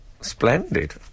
splendid